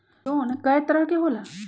Loan कय तरह के होला?